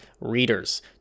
readers